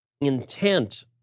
intent